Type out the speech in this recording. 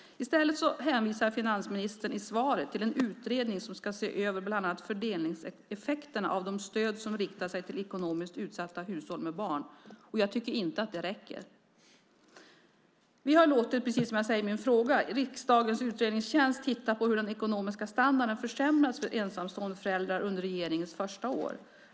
I stället hänvisar finansministern i svaret till en utredning som ska se över bland annat fördelningseffekterna av de stöd som riktar sig till ekonomiskt utsatta hushåll med barn. Jag tycker inte att det räcker. Precis som jag säger i min fråga har vi låtit riksdagens utredningstjänst titta på hur den ekonomiska standarden försämrats för ensamstående föräldrar under regeringens första år.